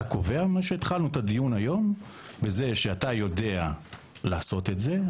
אתה קובע בזה שאתה יודע לעשות את זה.